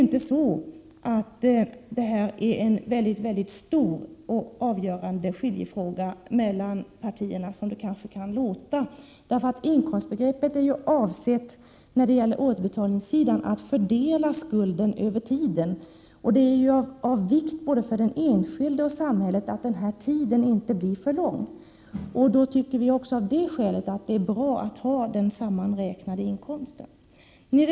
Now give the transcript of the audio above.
Det här är dock inte någon stor eller avgörande fråga som skiljer partierna, som det kanske kan låta. Inkomstbegreppet är ju avsett att tillämpas vid återbetalning för att fördela skulden över tiden. Det är av vikt för både den enskilde och samhället att tiden inte blir för lång. Av det skälet blir det bra att ha den sammanräknade inkomsten som grund.